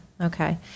okay